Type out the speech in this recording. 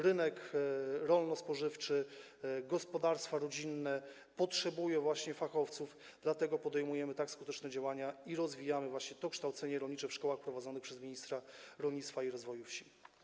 Rynek rolno-spożywczy, gospodarstwa rodzinne potrzebują fachowców, dlatego podejmujemy tak skuteczne działania i rozwijamy kształcenie rolnicze w szkołach prowadzonych przez ministra rolnictwa i rozwoju wsi.